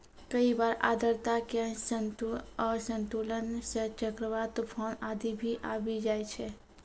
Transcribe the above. कई बार आर्द्रता के असंतुलन सं चक्रवात, तुफान आदि भी आबी जाय छै